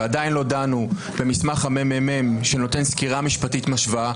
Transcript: ועדיין לא דנו במסמך הממ"מ שנותן סקירה משפטית משווה,